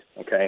okay